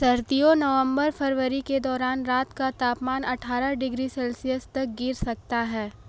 सर्दियों नवंबर फरवरी के दौरान रात का तापमान अट्ठारह डिग्री सेल्सियस तक गिर सकता है